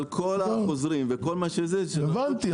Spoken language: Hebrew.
אבל כל החוזרים וכל מה שזה --- הבנתי,